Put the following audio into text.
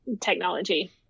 technology